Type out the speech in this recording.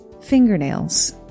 Fingernails